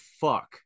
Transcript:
fuck